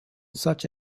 such